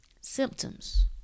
Symptoms